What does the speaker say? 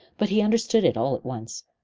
but he understood it all at once,